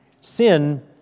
Sin